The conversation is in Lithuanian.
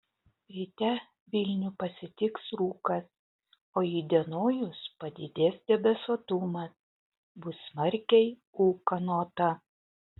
ryte vilnių pasitiks rūkas o įdienojus padidės debesuotumas bus smarkiai ūkanota